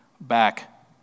back